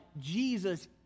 Jesus